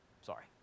Sorry